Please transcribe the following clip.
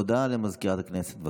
הודעת לסגנית מזכיר הכנסת.